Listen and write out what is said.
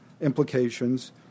implications